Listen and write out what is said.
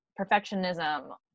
perfectionism